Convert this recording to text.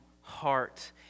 heart